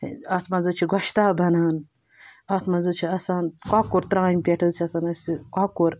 اَتھ منٛز حظ چھِ گۄشتاب بَنان اَتھ منٛز حظ چھِ آسان کۄکُر ترٛامہِ پٮ۪ٹھ حظ چھِ آسان اَسہِ کۄکُر